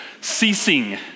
Ceasing